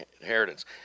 inheritance